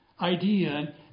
idea